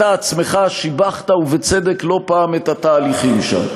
אתה עצמך שיבחת, ובצדק, לא פעם את התהליכים שם.